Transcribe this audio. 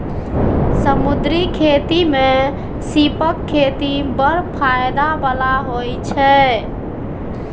समुद्री खेती मे सीपक खेती बड़ फाएदा बला होइ छै